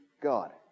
God